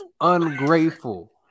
Ungrateful